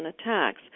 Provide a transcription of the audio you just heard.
attacks